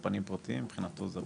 האולפנים הפרטיים מבחינתו זה הפתרון.